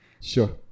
Sure